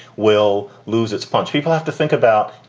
will lose its punch. people have to think about, you